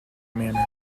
manner